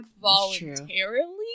voluntarily